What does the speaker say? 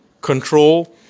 control